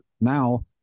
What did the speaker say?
now